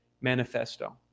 manifesto